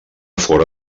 fora